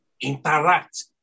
interact